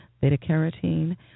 beta-carotene